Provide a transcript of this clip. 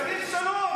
כן, צריך שלום.